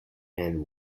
and